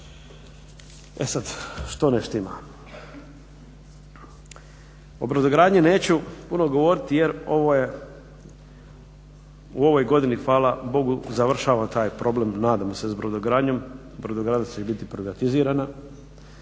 E sad što ne štima? O brodogradnji neću puno govoriti jer ovo je u ovoj godini hvala bogu završava taj problem nadamo se s brodogradnjom. Brodogradnja će biti privatizirana